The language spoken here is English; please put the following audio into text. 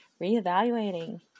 reevaluating